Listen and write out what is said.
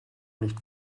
nicht